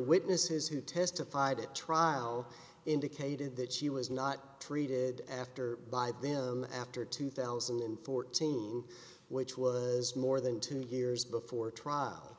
witnesses who testified at trial indicated that she was not treated after by them after two thousand and fourteen which was more than two years before trial